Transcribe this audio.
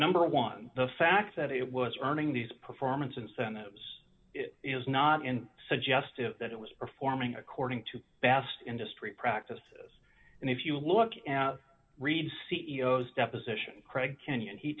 number one the fact that it was earning these performance incentives it was not in suggesting that it was performing according to best industry practice and if you look at read c e o s deposition craig kenyon he